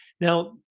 Now